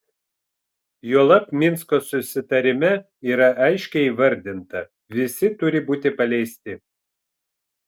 juolab minsko susitarime yra aiškiai įvardinta visi turi būti paleisti